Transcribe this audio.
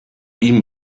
ihm